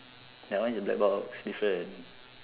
that one is black box different